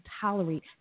tolerate